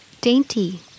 dainty